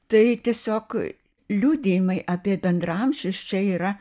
tai tiesiog liudijimai apie bendraamžius čia yra